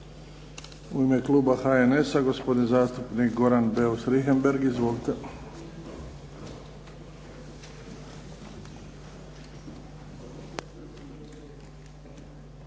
U ime kluba HNS-a gospodin zastupnik Goran Beus Richembergh. Izvolite.